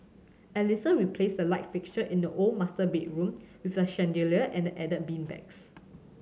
Alissa replaced the light fixture in the old master bedroom with a chandelier and added beanbags